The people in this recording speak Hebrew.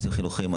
נושאים חינוכיים,